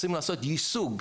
רוצים לעשות יישוג,